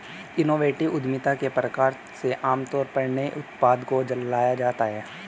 innovative उद्यमिता के प्रकार में आमतौर पर नए उत्पाद को लाया जाता है